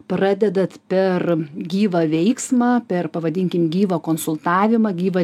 pradedat per gyvą veiksmą per pavadinkim gyvą konsultavimą gyvą